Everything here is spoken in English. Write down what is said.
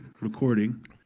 recording